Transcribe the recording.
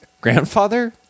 grandfather